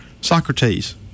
Socrates